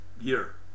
year